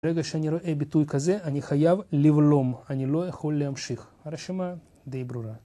ברגע שאני רואה ביטוי כזה אני חייב לבלום, אני לא יכול להמשיך. הרשימה די ברורה.